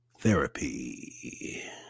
therapy